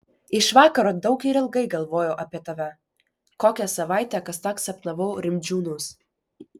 iš vakaro daug ir ilgai galvojau apie tave kokią savaitę kasnakt sapnavau rimdžiūnus